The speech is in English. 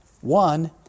one